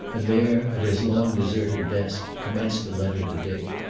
and there, at his long deserted desk, commenced a letter to dick.